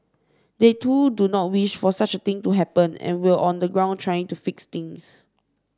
they too do not wish for such a thing to happen and were on the ground trying to fix things